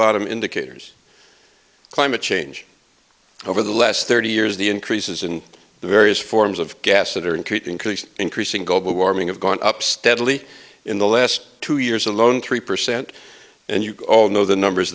bottom indicators climate change over the last thirty years the increases in the various forms of gas that are increasingly increasing global warming have gone up steadily in the last two years alone three percent and you all know the numbers